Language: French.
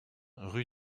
rue